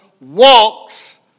walks